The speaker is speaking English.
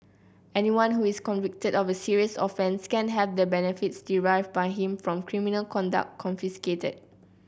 anyone who is convicted of a serious offence can have the benefits derived by him from criminal conduct confiscated